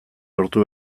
lortu